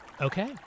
Okay